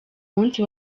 munsi